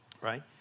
right